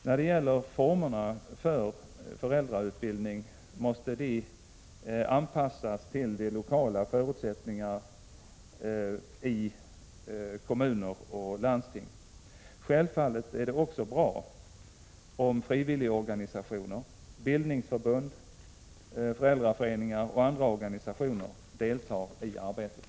När det gäller formerna för föräldrautbildning måste de anpassas till de lokala förutsättningarna i kommuner och landsting. Självfallet är det också bra om frivilligorganisationer — bildningsförbund, föräldraföreningar och andra organisationer — deltar i arbetet.